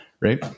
Right